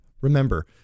Remember